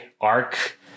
ARC